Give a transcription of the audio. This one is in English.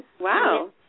Wow